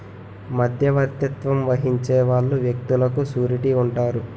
మధ్యవర్తిత్వం వహించే వాళ్ళు వ్యక్తులకు సూరిటీ ఉంటారు